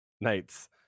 nights